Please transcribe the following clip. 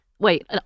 Wait